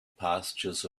pastures